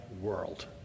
WORLD